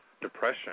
depression